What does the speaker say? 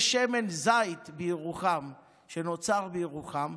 יש שמן זית שנוצר בירוחם,